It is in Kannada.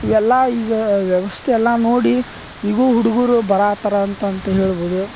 ಇವೆಲ್ಲಾ ಈಗ ವ್ಯವಸ್ಥೆ ಎಲ್ಲ ನೋಡಿ ಈಗ ಹುಡುಗರು ಬರಹತ್ತಾರ ಅಂತಂತ ಹೇಳ್ಬೋದು